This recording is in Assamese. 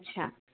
আচ্ছা